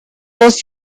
was